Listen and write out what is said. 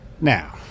Now